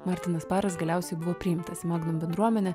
martinas paras galiausiai buvo priimtas į magnum bendruomenę